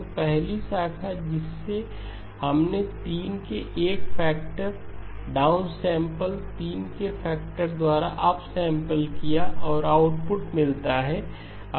तो पहली शाखा जिसे हमने 3 के एक फैक्टर डाउनसेंपल 3 के फैक्टर द्वारा अपसैंपलिंग किया है और आउटपुट मिलता है